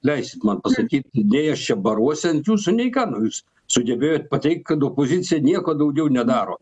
leiskit man pasakyt nei aš čia baruosi ant jūsų nei ką nu jūs sugebėjot pateikt kad opozicija nieko daugiau nedaro